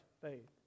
faith